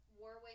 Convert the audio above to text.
Warwick